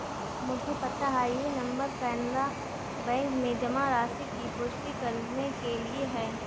मुझे पता है यह नंबर कैनरा बैंक में जमा राशि की पुष्टि करने के लिए है